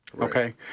Okay